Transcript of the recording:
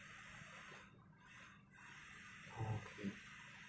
okay